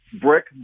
brick